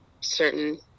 certain